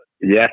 Yes